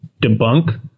debunk